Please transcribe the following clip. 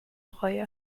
reue